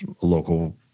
local